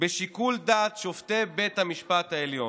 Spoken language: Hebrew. בשיקול דעת של שופטי בית המשפט העליון.